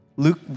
Luke